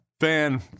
fan